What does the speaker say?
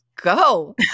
go